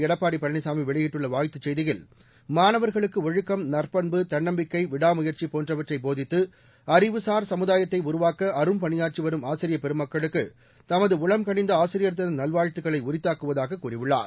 எடப்பாடி பழனிசாமி வெளியிட்டுள்ள வாழ்த்துச் செய்தியில் மாணவர்களுக்கு ஒழுக்கம் நற்பண்பு தன்னம்பிக்கை விடாமுயற்சி போன்றவற்றை போதித்து அறிவுசார் சமுதாயத்தை உருவாக்க அரும்பணியாற்றி வரும் ஆசிரியப் பெருமக்களுக்கு தமது உளம்கனிந்த ஆசிரியர் தின நல்வாழ்த்துக்களை உரித்தாக்குவதாக கூறியுள்ளார்